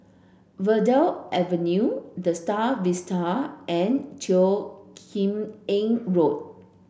Verde Avenue The Star Vista and Teo Kim Eng Road